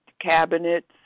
cabinets